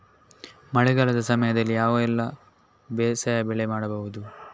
ಮಳೆಗಾಲದ ಸಮಯದಲ್ಲಿ ಯಾವುದೆಲ್ಲ ಬೇಸಾಯ ಬೆಳೆ ಮಾಡಬಹುದು?